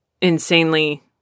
insanely